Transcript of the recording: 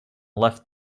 left